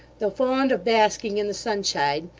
though fond of basking in the sunshine,